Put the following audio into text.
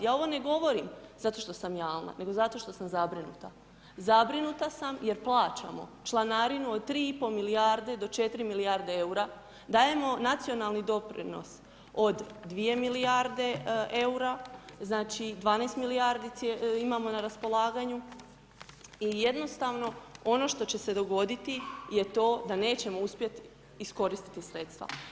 Ja ovo ne govorim zato što sam jalna, nego zato što sam zabrinuta, zabrinuta sam jer plaćamo članarinu od 3,5 milijarde do 4 milijarde EUR-a, dajemo nacionalni doprinos od 2 milijarde EUR-a, znači 12 milijarde imamo na raspolaganju, i jednostavno ono što će se dogoditi je to da nećemo uspjeti iskoristiti sredstva.